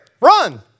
run